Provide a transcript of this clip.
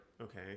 okay